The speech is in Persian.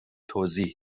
توضیح